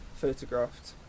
photographed